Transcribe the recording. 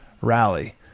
rally